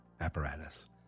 apparatus